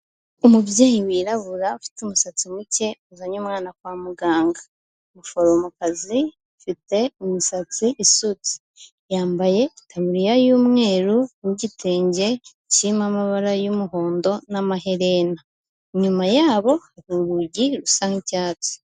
Umubyeyi wirabura ufite umusatsi muke, uzanye umwana kwa muganga, umuforomokazi ufite imisatsi isutse, yambaye itaburiya y'umweru, n'igitenge kirimo amabara y'umuhondo n'amaherena. Inyuma yabo hari urugi rusa nk'icyatsi.